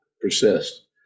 persist